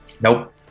Nope